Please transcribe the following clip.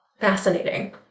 fascinating